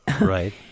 Right